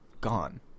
gone